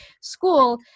school